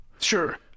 Sure